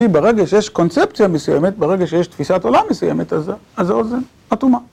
כי ברגע שיש קונספציה מסוימת, ברגע שיש תפיסת עולם מסוימת, אז האוזן אטומה.